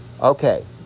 okay